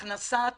הכנסת